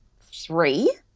three